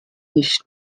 nicht